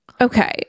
Okay